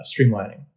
streamlining